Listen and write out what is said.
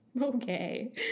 okay